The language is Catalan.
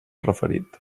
referit